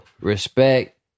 respect